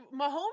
Mahomes